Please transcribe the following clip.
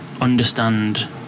understand